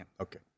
Okay